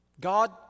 God